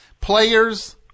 Players